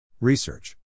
Research